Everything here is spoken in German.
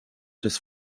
des